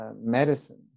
medicines